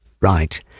Right